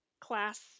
class